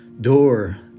Door